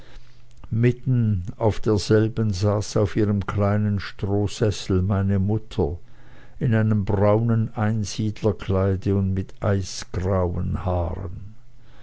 mitten auf derselben saß auf ihrem kleinen strohsessel meine mutter in einem braunen einsiedlerkleide und mit eisgrauen haaren